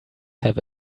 have